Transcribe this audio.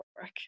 work